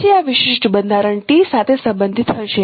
પછી આ વિશિષ્ટ બંધારણ t સાથે સંબંધિત હશે